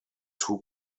too